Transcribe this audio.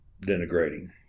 denigrating